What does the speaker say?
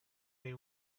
they